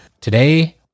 today